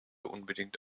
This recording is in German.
unbedingt